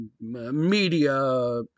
media